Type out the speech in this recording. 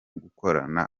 guhorana